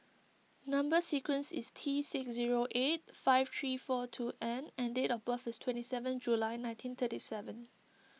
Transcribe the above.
Number Sequence is T six zero eight five three four two N and date of birth is twenty seven July nineteen thirty seven